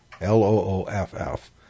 L-O-O-F-F